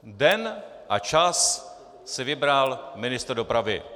Den a čas si vybral ministr dopravy.